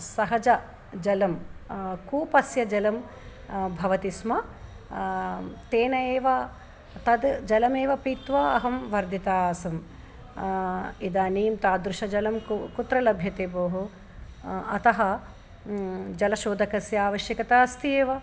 सहजजलं कूपस्य जलं भवति स्म तेन एव तद् जलमेव पीत्वा अहं वर्धिता आसम् इदानीम् तादृशजलं कु कुत्र लभ्यते भोः अतः जलशोधकस्य आवश्यकता अस्ति एव